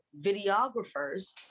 videographers